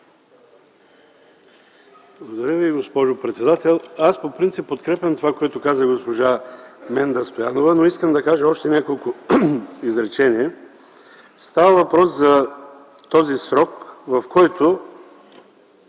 Благодаря Ви, госпожо председател. По принцип подкрепям казаното от госпожа Менда Стоянова, но искам да кажа още няколко изречения. Става въпрос за срока, в който